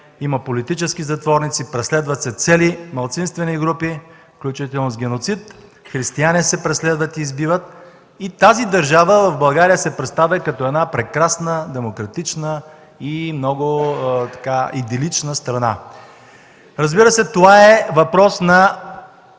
има политически затворници, преследват се цели малцинствени групи – включително с геноцид, християни се преследват и избиват. Тази държава в България се представя като една прекрасна демократична и много идилична страна. Разбира се, това е въпрос на